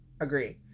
agree